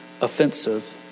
offensive